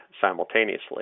simultaneously